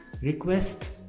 request